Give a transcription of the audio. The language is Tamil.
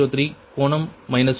0103 கோணம் மைனஸ் 2